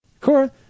Cora